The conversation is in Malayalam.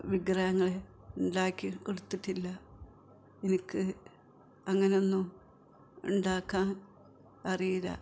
വിഗ്രഹങ്ങളെ ഉണ്ടാക്കി കൊടുത്തിട്ടില്ല എനിക്ക് അങ്ങനെയൊന്നും ഉണ്ടാക്കാൻ അറിയില്ല